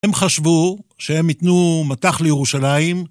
הם חשבו שהם יתנו מטח לירושלים.